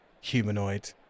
humanoid